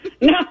No